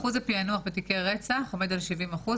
אחוז הפענוח בתיקי רצח עומד על 70 אחוז